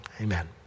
Amen